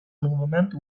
movement